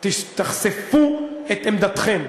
תחשפו את עמדתכם.